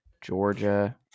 georgia